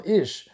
ish